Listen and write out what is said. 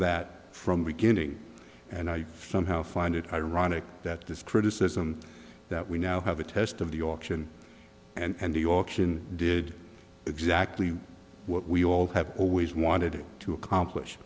that from the beginning and i somehow find it ironic that this criticism that we now have a test of the auction and the yorkshire did exactly what we all have always wanted to accomplish